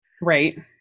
Right